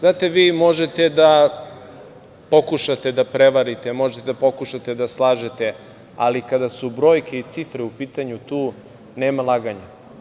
Znate, vi možete da pokušate da prevarite, možete da pokušate da slažete, ali kada su brojke i cifre u pitanju, tu nema laganja.